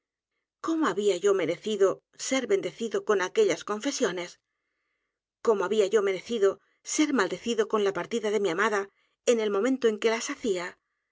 cómo había yo merecido ser bendecido con aquellas confesiones cómo había yo merecido ser maldecido con la partida edgar poe novelas y cuentos de mi amada en el momento que las hacía